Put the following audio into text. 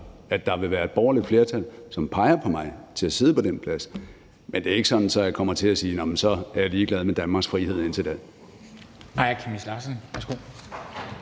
at der vil være et borgerligt flertal, som peger på mig til at sidde på den plads, men det er ikke sådan, at jeg kommer til at sige, at så er jeg ligeglad med Danmarks frihed indtil da.